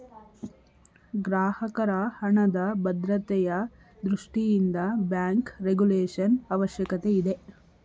ಗ್ರಾಹಕರ ಹಣದ ಭದ್ರತೆಯ ದೃಷ್ಟಿಯಿಂದ ಬ್ಯಾಂಕ್ ರೆಗುಲೇಶನ್ ಅವಶ್ಯಕತೆ ಇದೆ